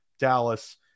dallas